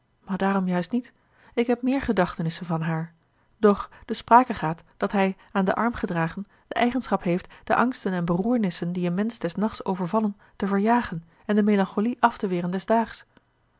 maar daarom juist niet ik heb meer gedachtenissen van haar doch de sprake gaat dat hij aan den arm gedragen de eigenschap heeft de angsten en beroernissen die een mensch des nachts overvallen te verjagen en de melancholie af te weren